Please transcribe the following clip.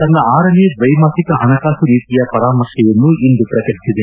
ತನ್ನ ಆರನೇ ದ್ವೈ ಮಾಸಿಕ ಹಣಕಾಸು ನೀತಿಯ ಪರಾಮರ್ಶೆಯನ್ನು ಇಂದು ಪ್ರಕಟಿಸಿದೆ